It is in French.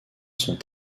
sont